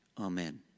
Amen